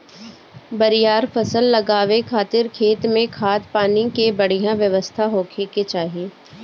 बरियार फसल लगावे खातिर खेत में खाद, पानी के बढ़िया व्यवस्था होखे के चाही